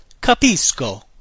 capisco